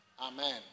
Amen